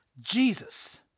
Jesus